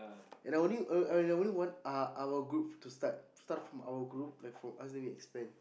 and I only I I only want uh our group to start from our group like from us then we expand